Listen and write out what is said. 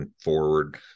forward